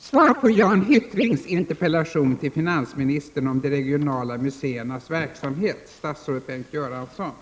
Herr talman! På grund av arbetsbelastning avser jag att lämna svar på Lena Öhrsviks interpellation till industriministern om vissa regionalpolitiska frågor först den 8 november.